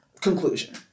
conclusion